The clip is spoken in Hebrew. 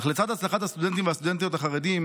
אך לצד הצלחת הסטודנטים והסטודנטיות החרדים